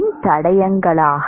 மின்தடையங்கலா